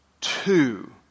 two